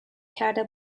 کرده